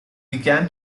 began